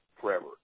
forever